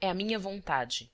é a minha vontade